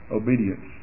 obedience